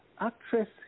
Actress